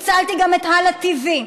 הצלתי גם את הלא TV,